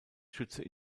schütze